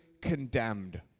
condemned